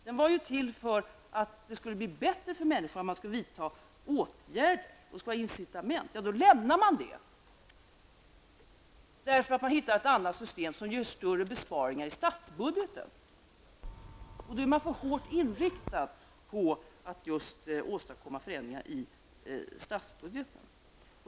Denna skulle ju inte ha drabbat någon utan avsikten var att den skulle vara ett insitament. Men man lämnade denna tanke därför att man hittat ett annat system som ger större besparingar i statsbudgeten. Då är man för hårt inriktad på att just åstadkomma förändringar i statsbudgeten.